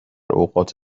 اوقات